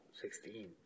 sixteen